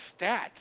stats